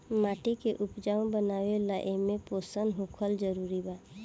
माटी के उपजाऊ बनावे ला एमे पोषण होखल जरूरी बा